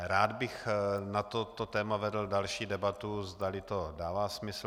Rád bych na toto téma vedl další debatu, zda to dává smysl.